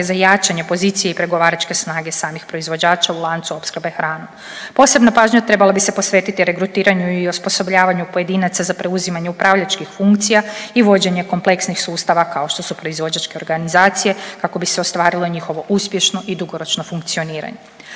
za jačanje pozicije i pregovaračke snage samih proizvođača u lancu opskrbe hranom. Posebna pažnja trebala bi se posvetiti regrutiranju i osposobljavanju pojedinaca za preuzimanje upravljačkih funkcija i vođenje kompleksnih sustava kao što su proizvođačke organizacije kako bi se ostvarilo njihovo uspješno i dugoročno funkcioniranje,